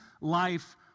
life